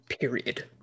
period